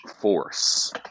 force